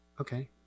okay